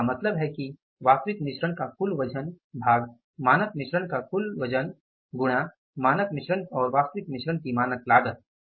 तो इसका मतलब है कि वास्तविक मिश्रण का कुल वजन भाग मानक मिश्रण का कुल वजन गुणा मानक मिश्रण और वास्तविक मिश्रण की मानक लागत